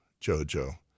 JoJo